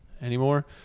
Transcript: anymore